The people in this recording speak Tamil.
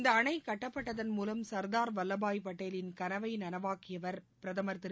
இந்த அணை கட்டப்பட்டதன் மூலம் சா்தார் வல்லபாய் பட்டேலிள் கனவை நனவாக்கியவர் பிரதம் திரு